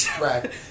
Right